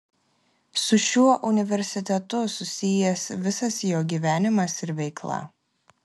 su šiuo universitetu susijęs visas jo gyvenimas ir veikla